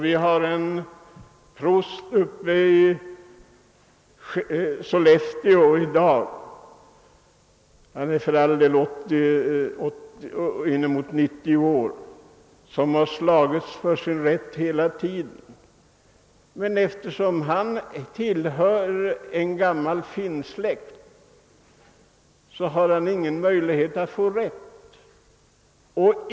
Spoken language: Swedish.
Vi har i dag uppe i Sollefteå en prost — han är för all del inemot 90 år gammal — som slagits för sin rätt hela tiden. Men eftersom han tillhör en gammal finländsk släkt, har han inga möjligheter att få rätt.